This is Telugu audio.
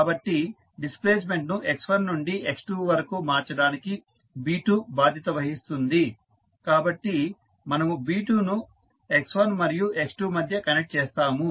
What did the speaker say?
కాబట్టి డిస్ప్లేస్మెంట్ ను x1 నుండి x2 వరకు మార్చడానికి B2 బాధ్యత వహిస్తుంది కాబట్టి మనము B2 ను x1 మరియు x2 మధ్య కనెక్ట్ చేస్తాము